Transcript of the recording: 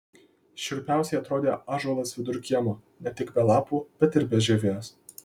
šiurpiausiai atrodė ąžuolas vidur kiemo ne tik be lapų bet ir be žievės